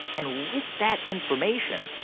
and with that information,